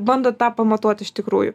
bandot tą pamatuot iš tikrųjų